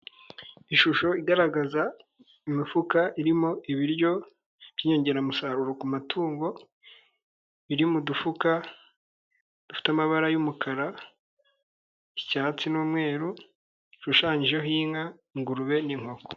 Ishusho igaragaza imifuka irimo ibiryo by'inyongeramusaruro ku matungo, biri mu dufuka dufite amabara y'umukara, icyatsi ,n'umweru bishushanyijeho inka, ingurube, n'inkoko.